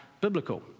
biblical